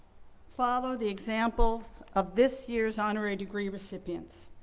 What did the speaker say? follow the example of this year's honorary degree recipients.